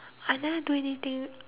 I never do anything